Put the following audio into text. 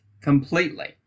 completely